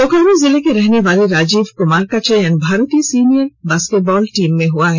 बोकारो जिले के रहने वाले राजीव कुमार का चयन भारतीय सीनियर बास्केटबॉल टीम में हुआ है